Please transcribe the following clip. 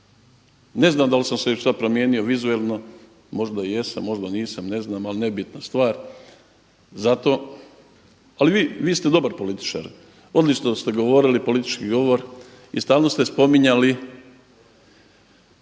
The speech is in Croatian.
Ne znam da li sam se šta promijenio vizualno, možda jesam, možda nisam, ne znam ali nebitna stvar, zato ali vi ste dobar političar. Odlično ste govorili politički govor i stalno ste spominjali